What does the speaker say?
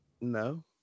No